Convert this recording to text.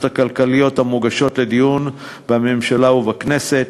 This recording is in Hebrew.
הכלכליות המוגשות לדיון בממשלה ובכנסת.